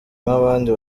nk’abandi